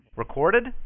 Recorded